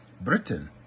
Britain